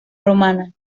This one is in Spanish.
romana